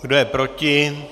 Kdo je proti?